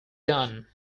done